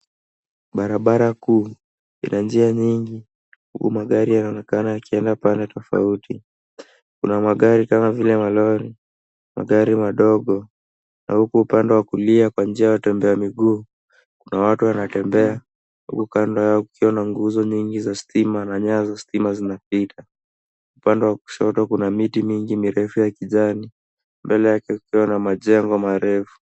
Barabara kuu, ina njia nyingi huku magari yanayoonekana yakienda pande tofauti. Kuna magari kama vile malori, magari madogo, na huku upande wa kulia kwa njia ya watembea minguu, kuna watu wanatembea huku kando yao kukiwa na nguzo nyingi za stima na nyaya za stima zinapita. Upande wa kushoto kuna miti mingi mirefu ya kijani, mbele yake kukiwa na majengo marefu.